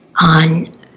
on